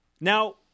Now